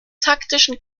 taktischen